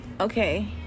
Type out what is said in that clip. Okay